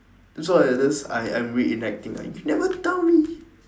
sorry uh this I I'm reenacting ah you never tell me